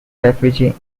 refugee